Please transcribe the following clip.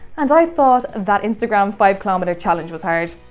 and i thought that instagram five kilometre challenge was hard.